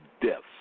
deaths